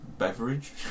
beverage